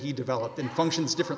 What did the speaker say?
he developed in functions different